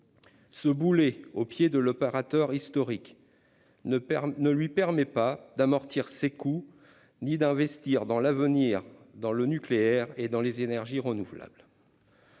Ce boulet aux pieds de l'opérateur historique ne lui permet ni d'amortir ses coûts ni d'investir pour l'avenir dans le nucléaire et les énergies renouvelables.